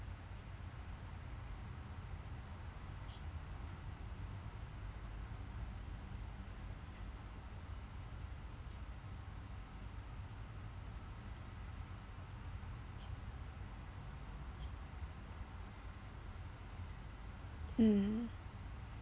mm